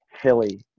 Hilly